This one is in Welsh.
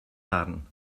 darn